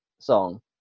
song